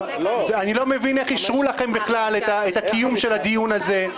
אני לא מבין איך אישרו לכם בכלל את הקיום של הדיון הזה.